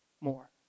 more